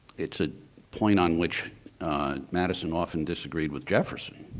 it's a point on which madison often disagreed with jefferson,